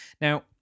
Now